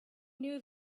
knew